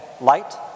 light